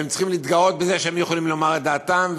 והם צריכים להתגאות בזה שהם יכולים לומר את דעתם,